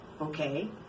Okay